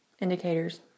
indicators